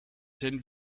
sind